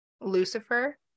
Lucifer